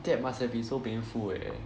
that must have been so painful eh